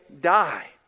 die